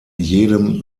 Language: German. jedem